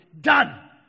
done